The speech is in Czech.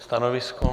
Stanovisko?